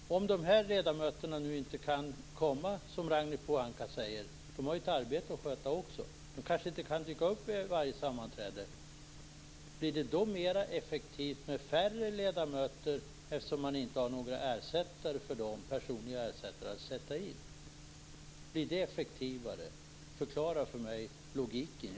Men om de här ledamöterna inte kan komma, som Ragnhild Pohanka sade - de har ju också ett arbete att sköta och kan kanske inte dyka upp på varje sammanträde - blir det då mera effektivt med färre ledamöter? Det finns ju inga personliga ersättare att sätta in. Blir det verkligen effektivare? Förklara logiken i detta för mig!